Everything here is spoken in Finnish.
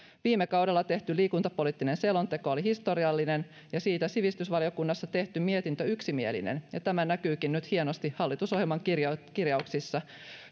viime kaudella tehty liikuntapoliittinen selonteko oli historiallinen ja siitä sivistysvaliokunnassa tehty mietintö yksimielinen ja tämä näkyykin nyt hienosti hallitusohjelman kirjauksissa